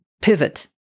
pivot